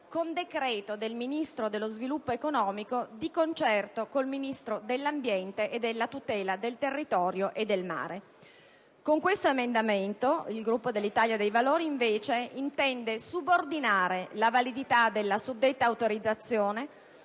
con decreto del Ministro dello sviluppo economico, di concerto con il Ministro dell'ambiente e della tutela del territorio e del mare. Con questo emendamento il Gruppo dell'Italia dei Valori invece intende subordinare la validità della suddetta autorizzazione